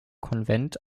konvent